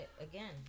again